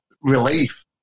relief